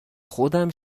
خودم